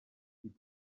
qui